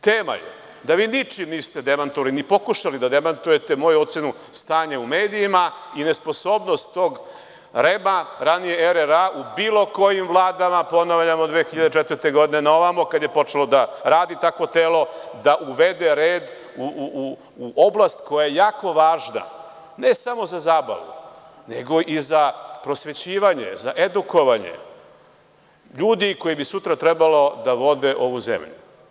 Tema je da vi ničim niste demantovali ni pokušali da demantujete moju ocenu stanja u medijima i nesposobnost tog REM-a, ranije RRA, u bilo kojim vladama, ponavljam, od 2004. godine na ovamo, kad je počelo da radi takvo telo, da uvede red u oblast koja je jako važna, ne samo za zabavu, nego i za prosvećivanje, za edukovanje ljudi koji bi sutra trebalo da vode ovu zemlju.